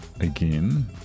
Again